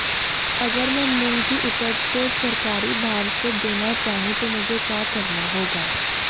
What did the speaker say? अगर मैं मूंग की उपज को सरकारी भाव से देना चाहूँ तो मुझे क्या करना होगा?